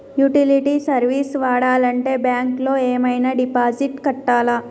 Utility service వాడాలంటే bank లో ఏమైనా డిపాజిట్ కట్టాలా?